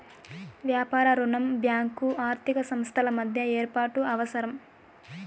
వ్యాపార రుణం బ్యాంకు ఆర్థిక సంస్థల మధ్య ఏర్పాటు అవసరం